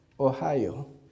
Ohio